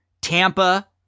Tampa